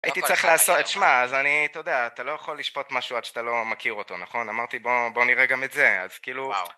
הייתי צריך לעשות, שמע, אז אני, אתה יודע, אתה לא יכול לשפוט משהו עד שאתה לא... מכיר אותו, נכון? אמרתי, בוא, בוא נראה גם את זה, אז כאילו, וואו.